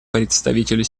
представителю